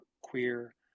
queer